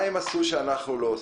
מה הם עשו שאנחנו לא עושים?